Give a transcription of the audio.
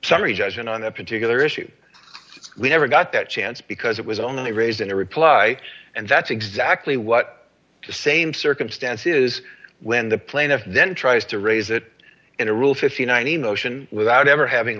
summary judgment on a particular issue we never got that chance because it was only raised in a reply and that's exactly what the same circumstance is when the plaintiff then tries to raise it in a rule fifty nine emotion without ever having